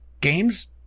games